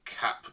cap